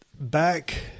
back